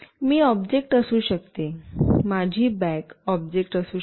मी object असू शकते माझी बॅग ऑब्जेक्ट असू शकते